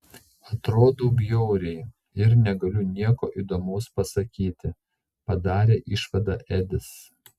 atrodau bjauriai ir negaliu nieko įdomaus pasakyti padarė išvadą edis